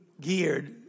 geared